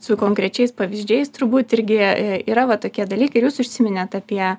su konkrečiais pavyzdžiais turbūt irgi yra va tokie dalykai ir jūs užsiminėt apie